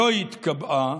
לא התקבעה